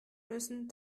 müssen